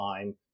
time